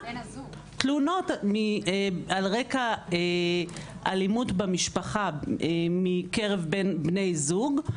תלונה על רקע על רקע אלימות במשפחה בקרב בני זוג,